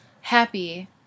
happy